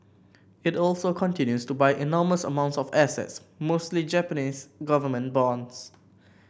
it also continues to buy enormous amounts of assets mostly Japanese government bonds